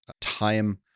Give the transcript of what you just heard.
time